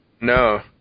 No